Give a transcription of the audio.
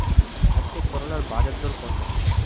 আজকে করলার বাজারদর কত?